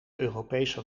europese